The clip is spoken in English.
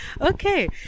Okay